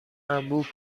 انبوه